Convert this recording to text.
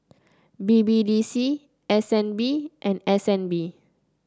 B B D C S N B and S N B